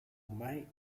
mai